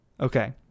Okay